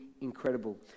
incredible